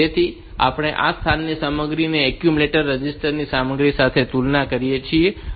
તેથી આપણે આ સ્થાનની સામગ્રી ની એક્યુમ્યુલેટર રજિસ્ટર ની સામગ્રી સાથે તુલના કરીએ છીએ